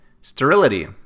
Sterility